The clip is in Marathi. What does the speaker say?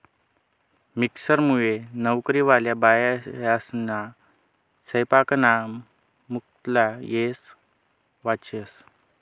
मिक्सरमुये नवकरीवाल्या बायास्ना सैपाकना मुक्ला येय वाचस